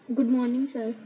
good morning sir